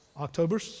October